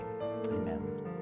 Amen